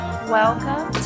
Welcome